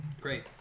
Great